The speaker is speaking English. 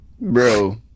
bro